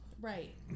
Right